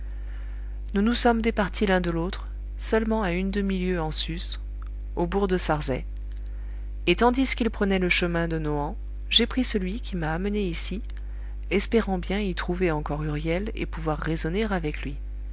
nous nous sommes départis l'un de l'autre seulement à une demi-lieue en sus au bourg de sarzay et tandis qu'il prenait le chemin de nohant j'ai pris celui qui m'a amené ici espérant bien y trouver encore huriel et pouvoir raisonner avec lui